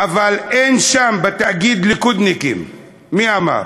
"אבל אין שם, בתאגיד, ליכודניקים" מי אמר?